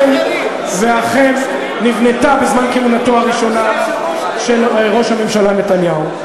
ואכן נבנתה בזמן כהונתו הראשונה של ראש הממשלה נתניהו.